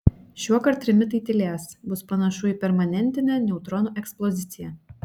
šiuokart trimitai tylės bus panašu į permanentinę neutronų eksploziją